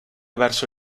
verso